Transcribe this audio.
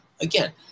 Again